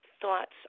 thoughts